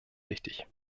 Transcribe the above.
wichtig